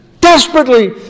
Desperately